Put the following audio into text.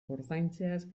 ordaintzeaz